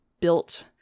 built